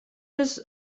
eus